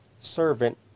servant